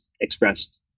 expressed